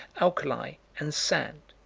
alkali, and sand.